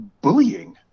bullying